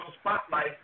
spotlight